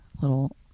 little